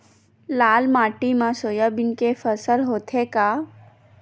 लाल माटी मा सोयाबीन के फसल होथे का?